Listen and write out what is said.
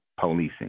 policing